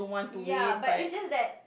ya but it's just that